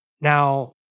Now